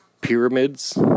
pyramids